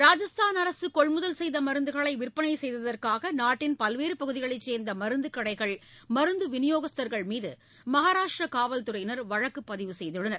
ராஜஸ்தான் அரசு கொள்முதல் செய்த மருந்துகளை விற்பனை செய்ததற்காக நாட்டின் பல்வேறு பகுதிகளை சேர்ந்த மருந்துகடைகள் மருந்து விநியோகஸ்தளர்கள் மீது மகாராஷ்டிரா காவல்துறையினா் வழக்கு பதிவு செய்துள்ளனர்